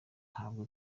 ntabwo